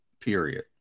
period